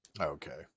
Okay